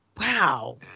wow